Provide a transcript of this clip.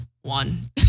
one